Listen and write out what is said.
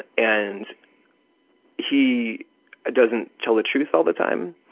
and he doesn't tell the truth all the time,